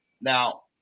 now